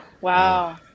Wow